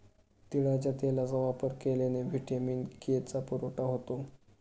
तिळाच्या तेलाचा वापर केल्याने व्हिटॅमिन के चा पुरवठा होतो